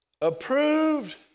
approved